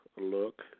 look